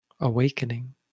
awakening